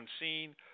unseen